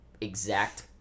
exact